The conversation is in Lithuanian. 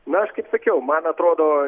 na aš kaip sakiau man atrodo